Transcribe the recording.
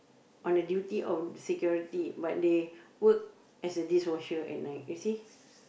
on the duty or security but they work as a dishwasher at night you see